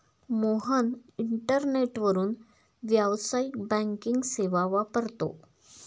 मोहन इंटरनेटवरून व्यावसायिक बँकिंग सेवा वापरतो